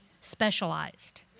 specialized